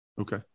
Okay